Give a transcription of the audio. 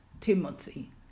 Timothy